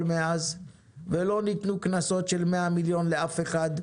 מאז ולא ניתנו קנסות של 100 מיליון לאף אחד,